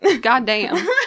Goddamn